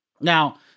Now